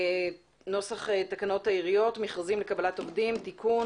נוסח תקנות העיריות (מכרזים לקבלת עובדים) (תיקון),